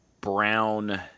brown